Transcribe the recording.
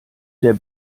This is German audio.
der